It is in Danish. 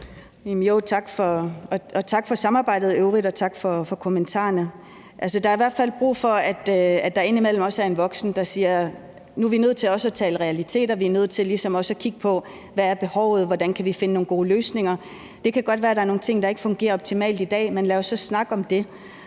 Tak for samarbejdet i øvrigt, og tak for kommentarerne. Der er i hvert fald brug for, at der indimellem også er en voksen, der siger: Nu er vi nødt til også at tale realiteter, og vi er nødt til ligesom også at kigge på, hvad behovet er, og hvordan vi kan finde nogle gode løsninger. Det kan godt være, at der er nogle ting, der ikke fungerer optimalt i dag, men lad os så snakke om det.